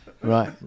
Right